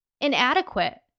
inadequate